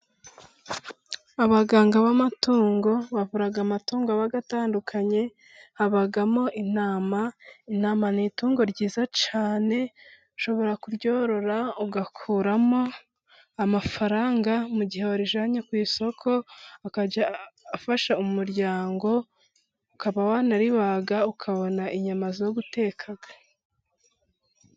Abaganga b'amatungo bavura amatungo aba atandukanye habamo intama, intama ni itungo ryiza cyane ushobora kuryorora ugakuramwo amafaranga mu gihe warijyanye ku isoko ukajya afasha umuryango, ukaba wanaribaga ukabona inyama zo guteka.